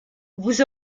vous